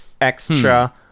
Extra